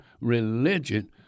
religion